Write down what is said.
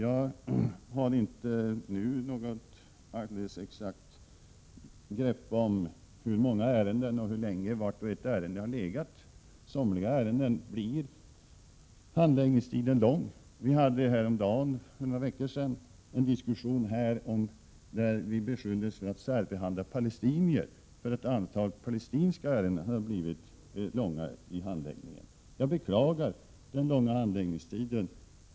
Jag har inte något grepp om exakt hur många ärenden det är fråga om och hur länge vart och ett av ärendena har legat. För somliga ärenden blir handläggningstiden lång. Det fördes för några veckor sedan här en diskussion där vi beskylldes för att särbehandla palestinier, därför att handläggningen av ett antal palestinska ärenden dragit ut långt på tiden. Jag beklagar den långa handläggningstiden.